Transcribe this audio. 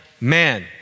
man